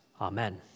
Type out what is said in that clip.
Amen